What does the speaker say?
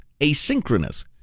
Asynchronous